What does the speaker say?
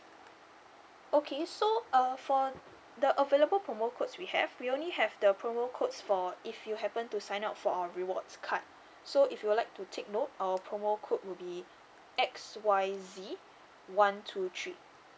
okay so err for the available promo codes we have we only have the promo codes for if you happen to sign up for our rewards card so if you would like to take note our promo code will be X Y Z one two three